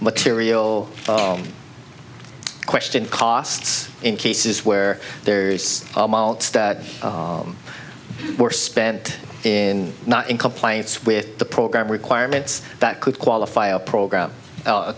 material question costs in cases where there were spent in not in compliance with the program requirements that could qualify a program